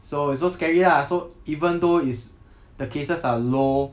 so it's so scary lah so even though is the cases are low